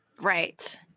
Right